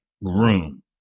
room